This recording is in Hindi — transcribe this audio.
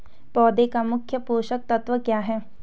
पौधें का मुख्य पोषक तत्व क्या है?